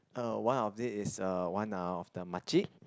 uh one of it is uh one of the makcik